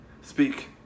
speak